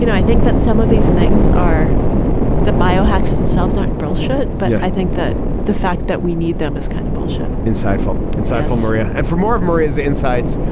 you know i think that some of these things are the biohackers themselves aren't brownshirt. but i think that the fact that we need them is kind of bocian insightful, insightful, maria. and for more of maria's insights,